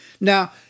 Now